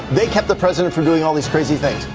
they kept the president for doing all these crazy things.